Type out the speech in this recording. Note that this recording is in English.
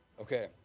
Okay